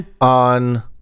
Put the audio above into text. On